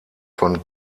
von